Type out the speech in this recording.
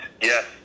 Yes